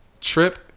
Trip